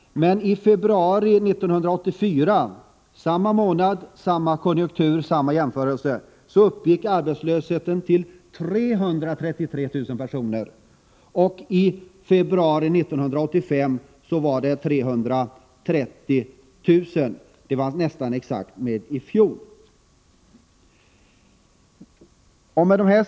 Men i februari 1984 uppgick arbetslösheten till 333 000, och i februari 1985 var siffran 330 000, nästan densamma som föregående år.